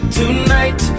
tonight